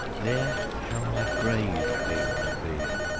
there shall my grave digged be.